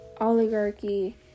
oligarchy